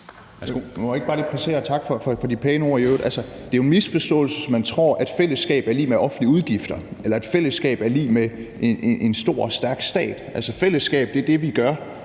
Det er jo en misforståelse, hvis man tror, at fællesskab er lig med offentlige udgifter, eller at fællesskab er lig med en stor og stærk stat. Altså, fællesskab er det, vi gør